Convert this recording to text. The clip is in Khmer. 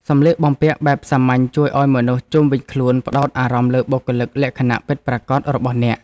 សម្លៀកបំពាក់បែបសាមញ្ញជួយឱ្យមនុស្សជុំវិញខ្លួនផ្តោតអារម្មណ៍លើបុគ្គលិកលក្ខណៈពិតប្រាកដរបស់អ្នក។